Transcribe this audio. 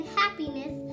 happiness